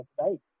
right